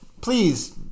please